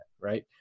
right